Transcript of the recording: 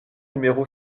numéro